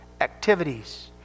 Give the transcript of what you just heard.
activities